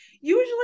Usually